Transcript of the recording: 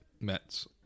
Mets